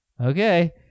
Okay